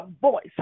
voice